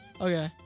Okay